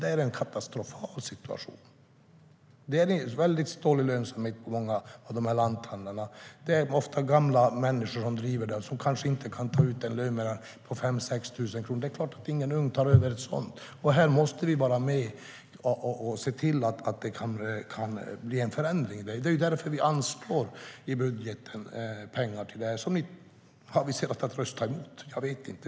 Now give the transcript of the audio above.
Det är en katastrofal situation. Det är dålig lönsamhet för många av lanthandlarna, och det är ofta gamla människor som driver dem och som inte kan ta ut löner på mer än 5 000-6 000 kronor. Det är klart att ingen ung person tar över en sådan verksamhet. Här måste vi se till att det blir en förändring. Det är därför vi anslår pengar i budgeten, som ni har aviserat att ni ska rösta emot.